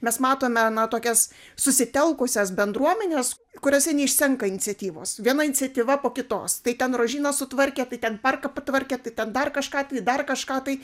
mes matome na tokias susitelkusias bendruomenes kuriose neišsenka iniciatyvos viena iniciatyva po kitos tai ten rožyną sutvarkė ten parką patvarkė tai ten dar kažką tai dar kažką tai